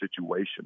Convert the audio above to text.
situation